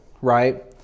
right